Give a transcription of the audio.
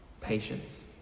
Patience